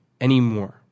anymore